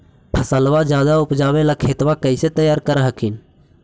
फसलबा ज्यादा उपजाबे ला खेतबा कैसे तैयार कर हखिन?